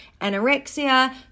anorexia